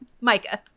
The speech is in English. Micah